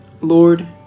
Lord